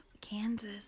Kansas